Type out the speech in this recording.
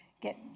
get